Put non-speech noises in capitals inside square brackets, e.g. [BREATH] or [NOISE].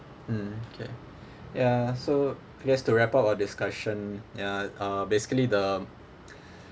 mm okay ya so just to wrap up our discussion ya uh basically the [BREATH]